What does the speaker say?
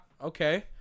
Okay